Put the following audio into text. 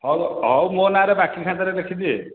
ହଉ ହଉ ମୋ ନାଁରେ ବାକି ଖାତାରେ ଲେଖିଦେ